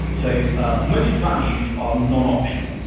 so ah most values are non-optional,